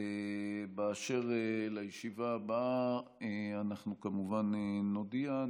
אשר לישיבה הבאה, אנחנו כמובן נודיע.